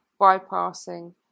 bypassing